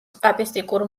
სტატისტიკურ